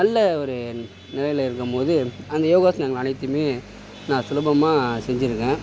நல்ல ஒரு நிலையில இருக்கும் போது அந்த யோகாசனங்கள் அனைத்தையுமே நான் சுலபமாக செஞ்சுருக்கேன்